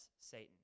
Satan